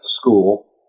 school